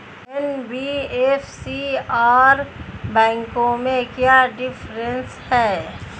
NBFC और बैंकों में क्या डिफरेंस है?